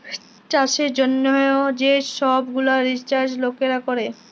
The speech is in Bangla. চাষের জ্যনহ যে সহব গুলান রিসাচ লকেরা ক্যরে